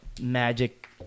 magic